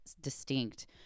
distinct